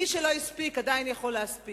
מי שלא הספיק, עדיין יכול להספיק,